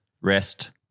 rest